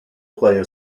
player